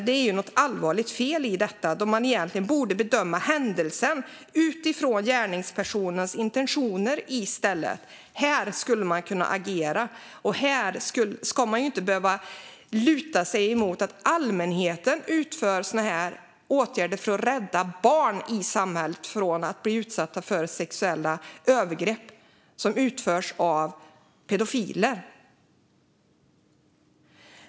Det är något allvarligt fel i detta, då man egentligen borde bedöma händelsen utifrån gärningspersonens intentioner i stället. Här skulle man kunna agera. Man ska inte behöva luta sig mot att allmänheten utför sådana åtgärder för att rädda barn i samhället från att bli utsatta för sexuella övergrepp som utförs av pedofiler.